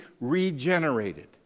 regenerated